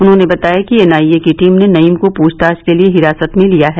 उन्होंने बताया कि एनआईए की टीम ने नईम को पूछताछ के लिए हिरासत में लिया है